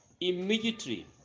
immediately